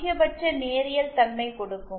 அதிகபட்ச நேரியல் தன்மை கொடுக்கும்